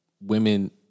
Women